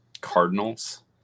Cardinals